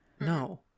No